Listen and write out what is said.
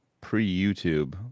pre-youtube